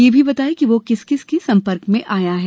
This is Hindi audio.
यह भी बताए कि वह किस किस के संपर्क में आया है